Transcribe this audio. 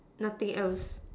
nothing else